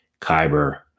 Kyber